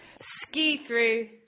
Ski-through